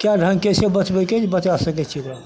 कै ढङ्गके छै बचबैके जे बचै सकै छिए ओकरा